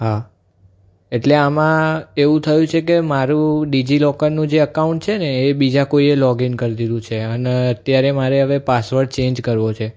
હા એટલે આમાં એવું થયું છે કે મારું ડીજિ લોકરનું જે એકાઉન્ટ છે ને એ બીજા કોઈએ લોગઈન કરી લીધું છે અને અત્યારે મારે હવે પાસવર્ડ ચેન્જ કરવો છે